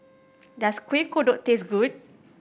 does Kuih Kodok taste good